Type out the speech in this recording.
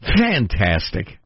Fantastic